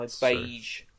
beige